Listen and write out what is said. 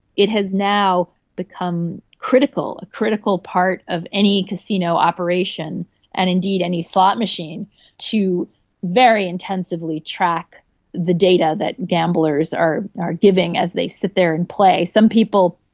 it has now become critical, a critical part of any casino operation and indeed any slot machine to very intensively track the data that gamblers are are giving as they sit there and play. some people,